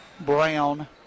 Brown